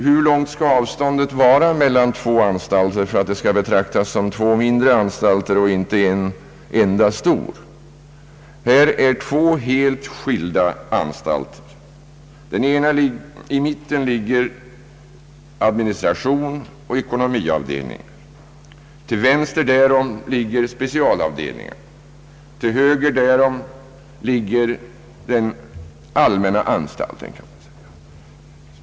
Hur långt skall avståndet vara mellan två anstalter för att de skall betraktas som två mindre anstalter och inte en enda stor? Här är två helt skilda anstalter. I mitten ligger administrationsoch ekonomiavdelningen. Till vänster därom ligger specialavdelningen. Till höger därom ligger den allmänna anstalten.